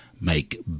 make